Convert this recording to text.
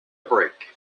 break